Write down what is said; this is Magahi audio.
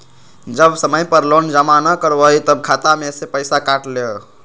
जब समय पर लोन जमा न करवई तब खाता में से पईसा काट लेहई?